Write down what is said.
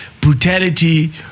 brutality